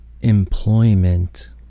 employment